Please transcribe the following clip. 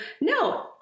no